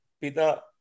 pita